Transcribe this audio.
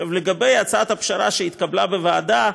לגבי הצעת הפשרה שהתקבלה בוועדה,